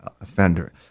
offender